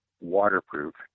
waterproof